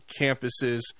campuses